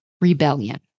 rebellion